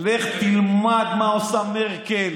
לך תלמד מה עושה מרקל.